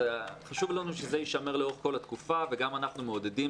חשוב לנו שזה יישמר לאורך כל התקופה וגם אנחנו מעודדים